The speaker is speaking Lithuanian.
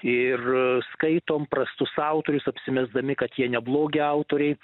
ir skaitom prastus autorius apsimesdami kad jie neblogi autoriai